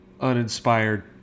uninspired